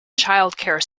childcare